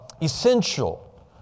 essential